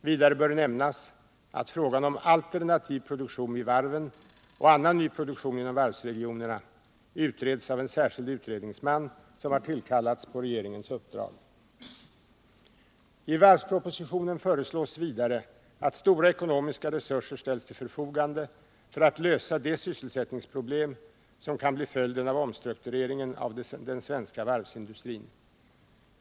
Vidare bör nämnas att frågan om alternativ produktion vid varven och annan ny produktion inom varvsregionerna utreds av en särskild utredningsman som har tillkallats på regeringens uppdrag. I varvspropositionen föreslås vidare att stora ekonomiska resurser ställs till förfogande för att lösa de sysselsättningsproblem som kan bli följden av omstruktureringen av den svenska varvsindustrin.